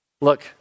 Look